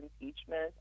impeachment